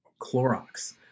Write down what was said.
Clorox